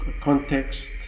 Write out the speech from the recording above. context